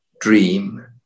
dream